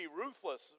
ruthless